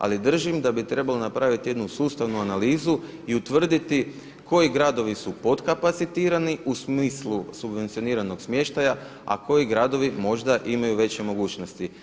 Ali držim da bi trebalo napraviti jednu sustavnu analizu i utvrditi koji gradovi su potkapacitirani u smislu subvencioniranog smještaja a koji gradovi možda imaju veće mogućnosti.